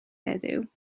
heddiw